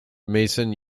mason